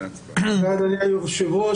אדוני היושב-ראש,